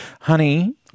honey